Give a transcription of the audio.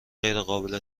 غیرقابل